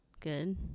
good